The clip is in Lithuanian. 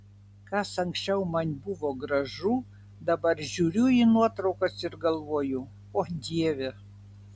kas anksčiau man buvo gražu dabar žiūriu į nuotraukas ir galvoju o dieve